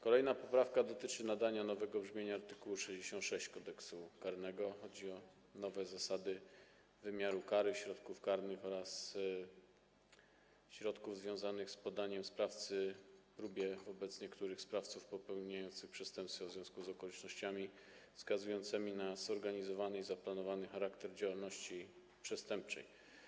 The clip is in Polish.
Kolejna poprawka dotyczy nadania nowego brzmienia art. 65 Kodeksu karnego - chodzi o nowe zasady wymiaru kary, środków karnych oraz środków związanych z poddaniem sprawcy próbie wobec niektórych sprawców popełniających przestępstwa w związku z okolicznościami wskazującymi na zorganizowany i zaplanowany charakter działalności przestępczej.